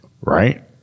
right